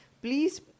Please